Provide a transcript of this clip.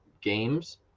games